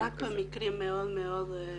זה רק על מקרים מאוד מאוד קיצוניים.